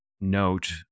note